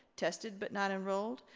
tested but not enrolled,